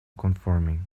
conforming